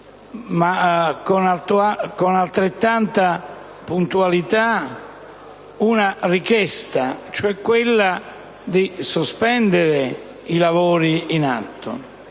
ma con altrettanta puntualità, la richiesta di sospendere i lavori in atto.